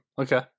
okay